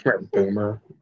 Boomer